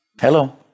Hello